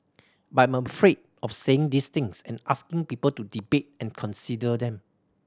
but I'm afraid of saying these things and asking people to debate and consider them